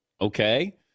Okay